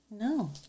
no